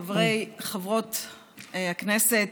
חברי וחברות הכנסת,